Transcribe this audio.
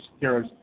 Heroes